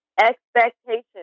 expectations